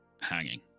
hanging